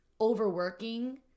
overworking